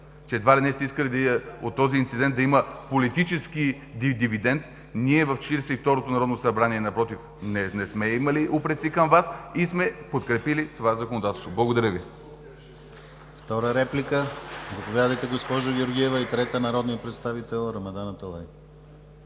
че едва ли не сте искали от този инцидент да има политически дивидент, ние в Четиридесет и второто народно събрание, напротив, не сме имали упреци към Вас и сме подкрепили това законодателство. Благодаря Ви.